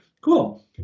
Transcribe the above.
Cool